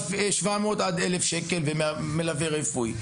שעולה בין 700 ל-1,000 שקלים ויש גם את עלות המלווה הרפואי.